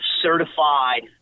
certified